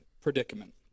predicament